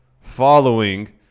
following